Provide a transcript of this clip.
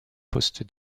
poste